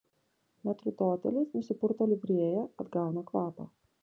metrdotelis nusipurto livrėją atgauna kvapą